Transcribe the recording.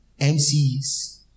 MCs